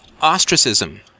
ostracism